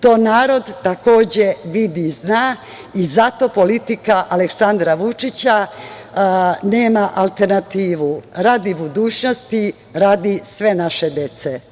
To narod, takođe, vidi i zna i zato politika Aleksandra Vučića nema alternativu, radi budućnosti, radi sve naše dece.